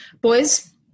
Boys